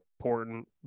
important